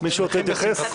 מישהו רוצה להתייחס?